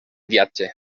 viatge